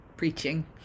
preaching